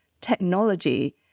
technology